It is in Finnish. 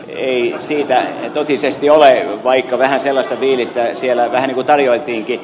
ei totisesti ole vaikka vähän sellaista fiilistä siellä tarjoiltiinkin